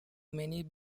many